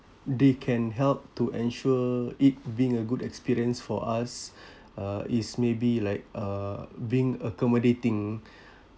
they can help to ensure it being a good experience for us uh is maybe like uh being accommodating